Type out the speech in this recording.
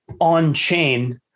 on-chain